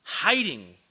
hiding